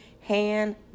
Hand